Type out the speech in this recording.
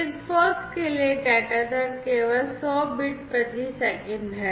SIGFOX के लिए data दर केवल 100 bits प्रति सेकंड है